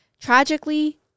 Tragically